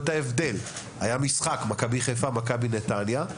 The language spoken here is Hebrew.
היה משחק בין מכבי חיפה למכבי נתניה.